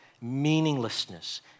meaninglessness